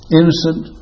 innocent